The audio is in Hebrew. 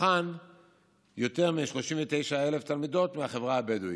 ומתוכן יותר מ-39,000 תלמידות מהחברה הבדואית.